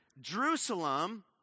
Jerusalem